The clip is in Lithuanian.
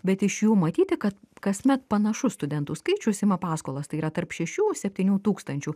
bet iš jų matyti kad kasmet panašus studentų skaičius ima paskolas tai yra tarp šešių septynių tūkstančių